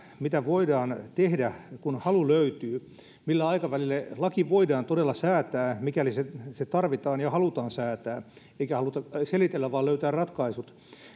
mitä voidaan tehdä kun halu löytyy millä aikavälillä laki voidaan todella säätää mikäli se se tarvitaan ja se halutaan säätää eikä haluta selitellä vaan löytää ratkaisut